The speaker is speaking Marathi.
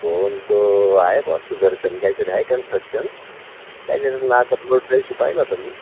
कोण तो आहे ब्वा सुदर्शन काहीतरी आहे कन्स्ट्रक्शन काहीतरी पाहिला होता मी